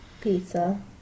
pizza